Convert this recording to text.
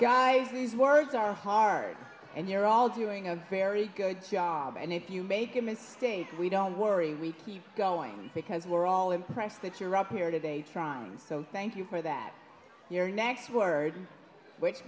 guys these words are hard and you're all doing a very good job and if you make a mistake we don't worry we keep going because we're all impressed that you're up here today trying so thank you for that your next word which